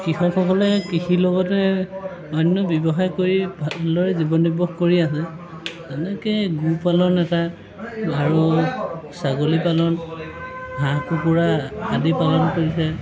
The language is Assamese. কৃষকসকলে কৃষিৰ লগতে অন্য ব্যৱসায় কৰি ভালদৰে জীৱন নিৰ্বাহ কৰি আছে তেওঁলোকে এনেকৈ গো পালন এটা আৰু ছাগলী পালন হাঁহ কুকুৰা আদি পালন কৰিছে